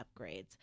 upgrades